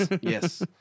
yes